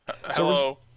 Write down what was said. Hello